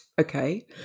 okay